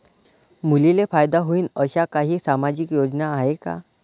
मुलींले फायदा होईन अशा काही सामाजिक योजना हाय का?